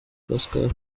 pascal